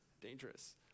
dangerous